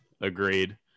Agreed